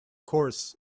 course